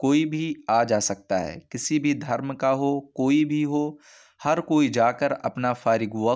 کوئی بھی آ جا سکتا ہے کسی بھی دھرم کا ہو کوئی بھی ہو ہر کوئی جا کر اپنا فارغ وقت